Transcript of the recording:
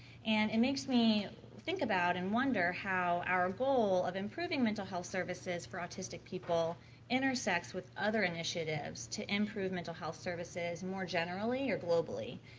and it makes me think about and wonder how our goal of improving mental health services for autistic people intersects with other initiatives to improve mental health services more generally or globally.